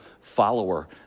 follower